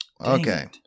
Okay